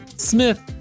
Smith